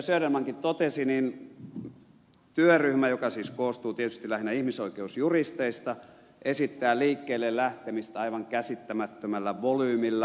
södermankin totesi niin työryhmä joka siis koostuu tietysti lähinnä ihmisoikeusjuristeista esittää liikkeelle lähtemistä aivan käsittämättömällä volyymillä